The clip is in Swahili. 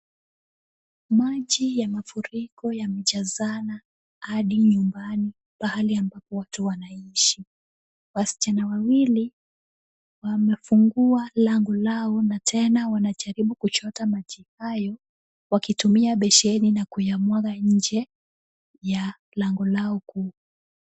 Maji ya mafuriko yamejazana hadi nyumbani, pahali ambapo watu wanaishi, wasichana wawili wanafungua lango lao na tena wanajaribu kuchota maji hayo wakitumia besheni na kuyamwaga nje ya lango lao kuu.